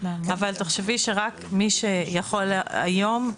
אבל תחשבי שרק מי שיכול היום,